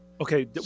Okay